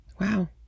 Wow